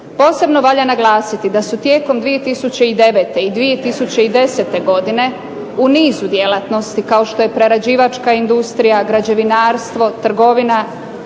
Posebno valja naglasiti da su tijekom 2009. i 2010. godine u nizu djelatnosti kao što je prerađivačka industrija, građevinarstvo, trgovina,